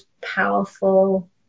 powerful